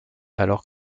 alors